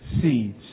seeds